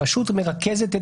הרשות מרכזת את